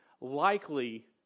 likely